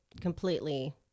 completely